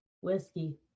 Whiskey